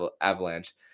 avalanche